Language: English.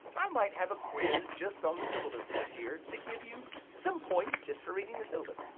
i might have a quiz just on the syllabus this year to give you some points just for reading the syllabus.